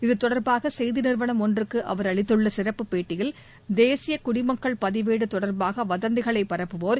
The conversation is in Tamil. இதுதொடர்பாக செய்தி நிறுவனம் ஒன்றுக்கு அவர் அளித்துள்ள சிறப்புப் பேட்டியில் தேசிய குடிமக்கள் பதிவேடு தொடர்பாக வதந்திகளைப் பரப்புவோர்